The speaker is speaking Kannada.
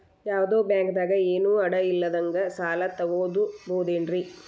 ಯಾವ್ದೋ ಬ್ಯಾಂಕ್ ದಾಗ ಏನು ಅಡ ಇಲ್ಲದಂಗ ಸಾಲ ತಗೋಬಹುದೇನ್ರಿ?